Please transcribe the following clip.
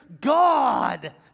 God